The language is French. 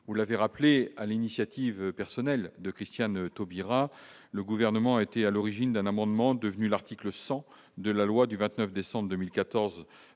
où l'avait rappelé à l'initiative personnelle de Christiane Taubira, le gouvernement a été à l'origine d'un amendement, devenu l'article 100 de la loi du 29 décembre 2014